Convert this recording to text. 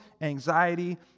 anxiety